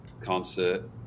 concert